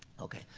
okay,